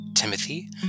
Timothy